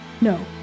No